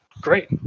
Great